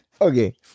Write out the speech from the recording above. Okay